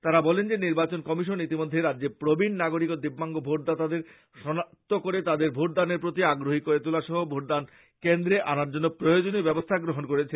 তাঁরা বলেন যে নির্বাচন কমিশন ইতিমধ্যে রাজ্যে প্রবীণ নাগরিক ও দিব্যাঙ্গ ভোটদাতাদের সনাক্ত করে তাদেরকে ভোটদানের প্রতি আগ্রহী করে তোলা সহ ভোটদান কেন্দ্রে আনার জন্য প্রয়োজনীয় ব্যবস্থা গ্রহণ করেছে